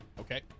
Okay